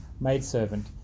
Maidservant